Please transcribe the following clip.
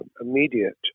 immediate